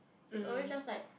is always just like